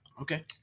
Okay